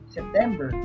September